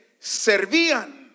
servían